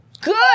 good